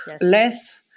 less